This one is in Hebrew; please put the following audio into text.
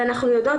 אנחנו יודעות,